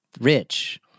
rich